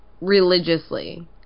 Religiously